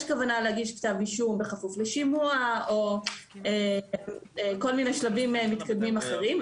כוונה להגיש כתב אישום - בכפוף לשימוע או כל מיני שלבים מתקדמים אחרים,